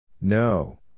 No